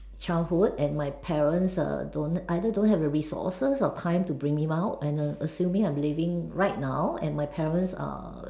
childhood and my parents err don't either don't have the resources or time to bring me out and err assuming I'm living right now and my parents are